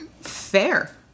Fair